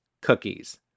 cookies